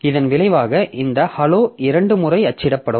இதன் விளைவாக இந்த hello இரண்டு முறை அச்சிடப்படும்